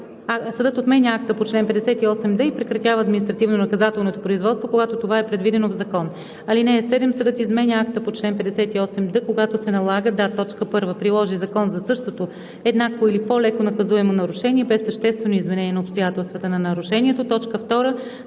Съдът отменя акта по чл. 58д и прекратява административнонаказателното производство, когато това е предвидено в закон. (7) Съдът изменя акта по чл. 58д, когато се налага да: 1. приложи закон за същото, еднакво или по-леко наказуемо нарушение, без съществено изменение на обстоятелствата на нарушението; 2.